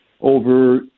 over